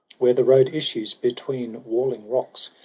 where the road issues between walling rocks.